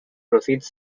proceeds